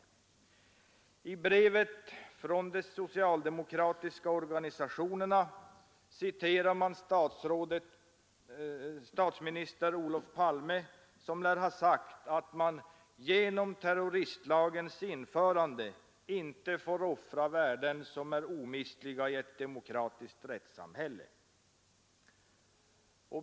I brevet från de socialdemokratiska organisationerna citerar man statsminister Olof Palme, som lär ha sagt att man ”genom terroristlagens införande inte får offra värden som är omistliga i ett demokratiskt rättssamhälle”.